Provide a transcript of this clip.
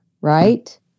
right